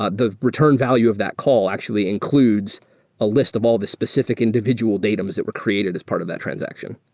ah the return value of that call actually includes a list of all the specific individual datums that were created as part of that transaction.